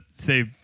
say